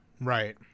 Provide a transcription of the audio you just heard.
right